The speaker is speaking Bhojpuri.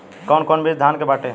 कौन कौन बिज धान के बाटे?